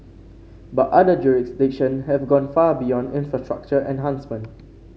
but other jurisdiction have gone far beyond infrastructure enhancement